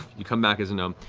you come back as a gnome.